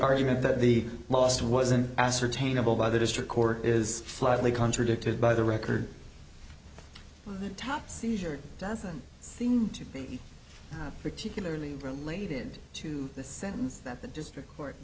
argument that the last wasn't ascertainable by the district court is flatly contradicted by the record tot seizure doesn't seem to be particularly related to the sentence that the district court